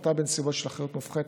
המתה בנסיבות של אחריות מופחתת,